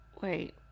Wait